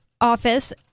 Office